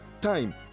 time